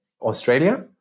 Australia